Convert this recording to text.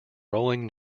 rolling